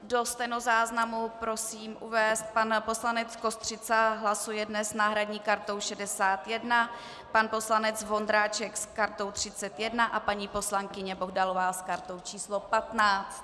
Do stenozáznamu prosím uvést, pan poslanec Kostřica hlasuje dnes s náhradní kartou 61, pan poslanec Vondráček s kartou 31 a paní poslankyně Bohdalová s kartou číslo 15.